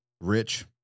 rich